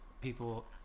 people